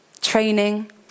training